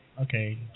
Okay